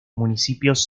municipios